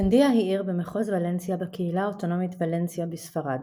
גנדיה היא עיר במחוז ולנסיה בקהילה האוטונומית ולנסיה בספרד.